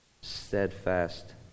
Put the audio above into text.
steadfast